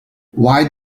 why